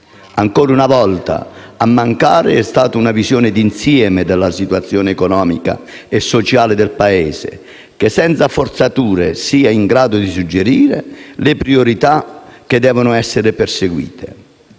Ancora una volta a mancare è stata una visione d'insieme della situazione economica e sociale del Paese che, senza forzature, sia in grado di suggerire le priorità che devono essere perseguite.